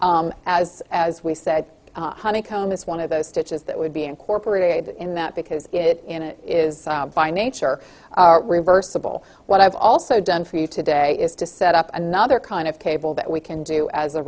simple as as we said honeycomb this one of those stitches that would be incorporated in that because it in it is by nature reversible what i've also done for you today is to set up another kind of cable that we can do as a